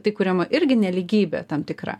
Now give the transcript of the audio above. tai kuriama irgi nelygybė tam tikra